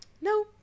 no